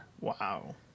Wow